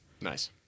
Nice